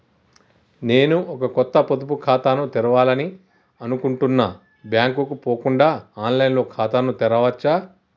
నేను ఒక కొత్త పొదుపు ఖాతాను తెరవాలని అనుకుంటున్నా బ్యాంక్ కు పోకుండా ఆన్ లైన్ లో ఖాతాను తెరవవచ్చా?